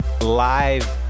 live